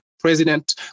president